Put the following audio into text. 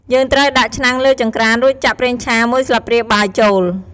យើងត្រូវដាក់ឆ្នាំងលើចង្ក្រាន រួចចាក់ ប្រេងឆា ១ ស្លាបព្រាបាយ ចូល។